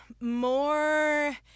more